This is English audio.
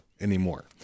anymore